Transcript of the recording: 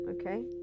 okay